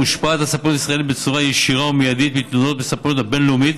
הספנות הישראלית מושפעת בצורה ישירה ומיידית מתנודות בספנות הבין-לאומית